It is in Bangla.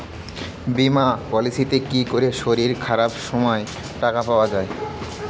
বীমা পলিসিতে কি করে শরীর খারাপ সময় টাকা পাওয়া যায়?